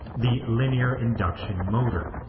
the linear induction motor.